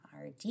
RD